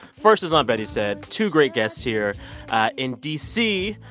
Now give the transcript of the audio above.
first, as aunt betty said, two great guests here in d c,